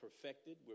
perfected